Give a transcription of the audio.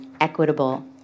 equitable